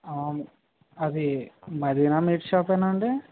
అవును అది మదీనా మీట్ షాపేనండి